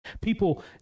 People